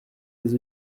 les